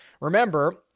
remember